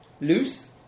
loose